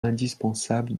indispensable